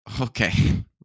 okay